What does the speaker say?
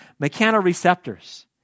Mechanoreceptors